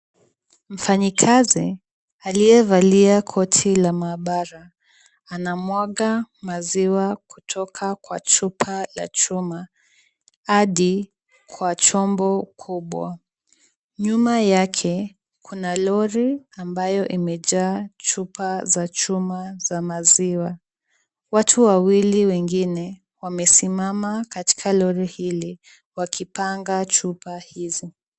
Mfanyikazi aliyevalia koti la maabara anamwaga maziwa kutoka kwa chupa la chuma hadi kwa chombo kubwa. Nyuma yake kuna lori ambayo imejaa chupa za chuma za maziwa. Watu wawili wengine wamesimama katika lori hili wakipanga chupa hizi.